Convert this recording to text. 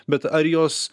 bet ar jos